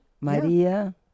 Maria